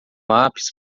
lápis